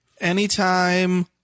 Anytime